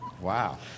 Wow